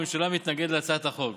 הממשלה מתנגדת להצעת החוק,